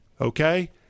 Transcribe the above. okay